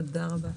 תודה רבה.